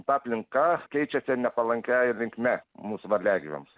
ta aplinka keičiasi nepalankia linkme mūsų varliagyviams